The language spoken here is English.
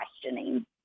questioning